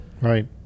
Right